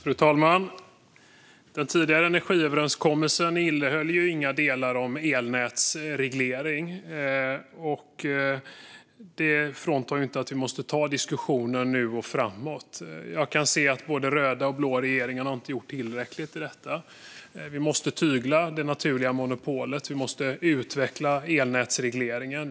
Fru talman! Den tidigare energiöverenskommelsen innehöll inga delar om elnätsreglering. Det fråntar oss inte ansvaret att ta den diskussionen nu och framåt. Jag kan se att både röda och blå regeringar inte har gjort tillräckligt i detta. Vi måste tygla det naturliga monopolet och utveckla elnätsregleringen.